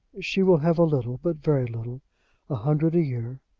she will have a little, but very little a hundred a year.